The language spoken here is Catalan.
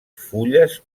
fulles